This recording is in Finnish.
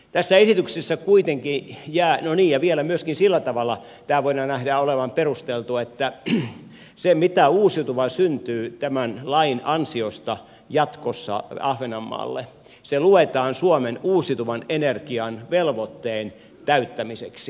tässä esityksessä kuitenkin ja joni ja vielä myöskin sillä tavalla tämän voidaan nähdä olevan perusteltua että se mitä uusiutuvaa syntyy tämän lain ansiosta jatkossa ahvenanmaalle luetaan suomen uusiutuvan energian velvoitteen täyttämiseksi